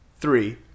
Three